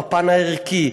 בפן הערכי,